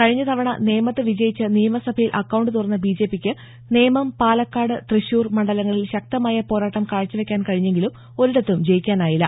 കഴിഞ്ഞ തവണ നേമത്ത് വിജയിച്ച് നിയമസഭയിൽ അക്കൌണ്ട് തുറന്ന ബിജെപിക്ക് നേമം പാലക്കാട് തൃശൂർ മണ്ഡലങ്ങളിൽ ശക്തമായ പോരാട്ടം കാഴ്ച്ചവെക്കാൻ കഴിഞ്ഞെങ്കിലും ഒരിടത്തും ജയിക്കാനായില്ല